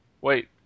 wait